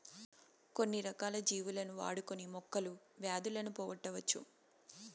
కొన్ని రకాల జీవులను వాడుకొని మొక్కలు వ్యాధులను పోగొట్టవచ్చు